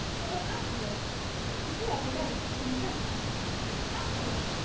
but then, afterwards you see, i've been married fifteen years now afterwards,